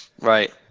Right